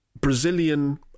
Brazilian